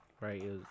right